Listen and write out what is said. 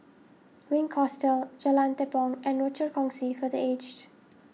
Wink Hostel Jalan Tepong and Rochor Kongsi for the Aged